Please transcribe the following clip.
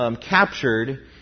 captured